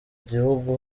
gihugu